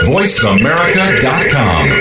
VoiceAmerica.com